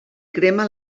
crema